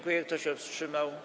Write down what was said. Kto się wstrzymał?